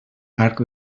arc